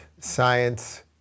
science